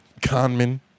conman